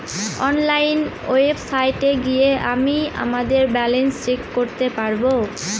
online ওয়েবসাইটে গিয়ে আমিই আমাদের ব্যালান্স চেক করতে পারবো